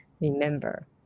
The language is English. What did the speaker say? remember